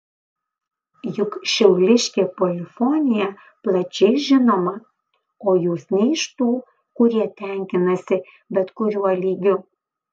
juk šiauliškė polifonija plačiai žinoma o jūs ne iš tų kurie tenkinasi bet kuriuo lygiu